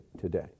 today